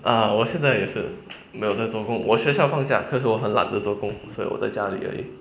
ah 我现在也是没有在做工我学校放假可是我很懒的做工所以我在家里而已